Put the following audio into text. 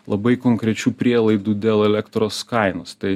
labai konkrečių prielaidų dėl elektros kainos tai